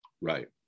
right